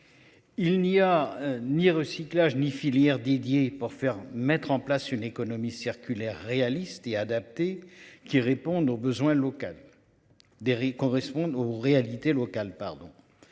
Il n'y a ni recyclage ni filière Didier pour faire mettre en place une économie circulaire réalistes et adaptées qui répondent aux besoins local. D'Éric correspondent aux réalités locales,